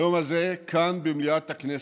ביום הזה כאן, במליאת הכנסת,